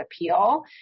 appeal